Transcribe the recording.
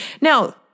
Now